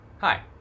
hi